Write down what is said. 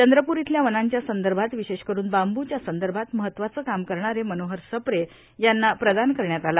चंद्रपूर इथल्या वनांच्या संदर्भात विशेषकरून बांबूच्या संदर्भात महत्वाचं काम करणारे मनोहर सप्रे यांना प्रदान करण्यात आला